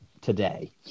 today